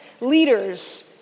leaders